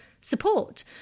support